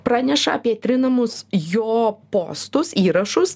praneša apie trinamus jo postus įrašus